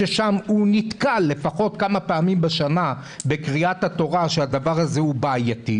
ששם הוא נתקל לפחות כמה פעמים בשנה בקריאת התורה שהדבר הזה בעייתי.